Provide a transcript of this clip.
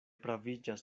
praviĝas